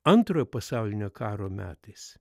antrojo pasaulinio karo metais